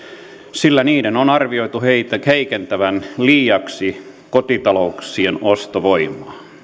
sillä niiden on arvioitu heikentävän liiaksi kotitalouksien ostovoimaa